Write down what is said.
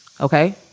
Okay